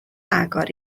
agor